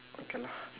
okay lah